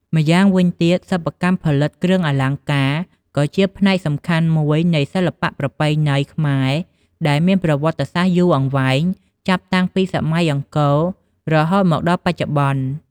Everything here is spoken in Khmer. ម្យ៉ាងវិញទៀតសិប្បកម្មផលិតគ្រឿងអលង្ការ ក៏ជាផ្នែកសំខាន់មួយនៃសិល្បៈប្រពៃណីខ្មែរ ដែលមានប្រវត្តិសាស្ត្រយូរអង្វែងចាប់តាំងពីសម័យអង្គររហូតមកដល់បច្ចុប្បន្ន។